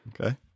Okay